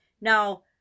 Now